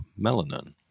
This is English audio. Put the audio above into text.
melanin